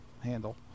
handle